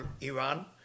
Iran